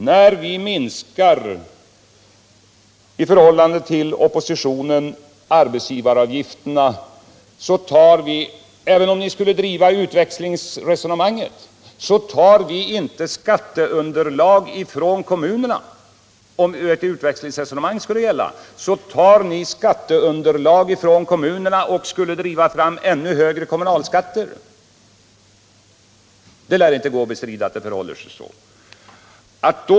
När vi i förhållande till oppositionen minskar arbetsgivaravgifterna tar vi inte, även om ni skulle driva utväxlingsresonemanget, skatteunderlag från kommunerna. Om ert utväxlingsresonemang skulle gälla, skulle ni ju ta skatteunderlag från kommunerna och därmed driva fram ännu högre kommunalskatter. Det lär inte gå att bestrida att det förhåller sig så.